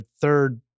third